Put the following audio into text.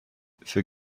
für